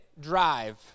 drive